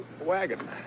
wagon